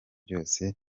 bose